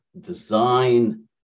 design